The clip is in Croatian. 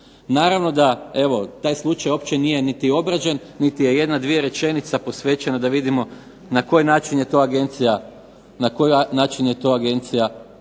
Naravno da evo taj slučaj uopće nije niti obrađen, niti je jedna, dvije rečenice posvećena da vidimo na koji način je to agencija provjerila.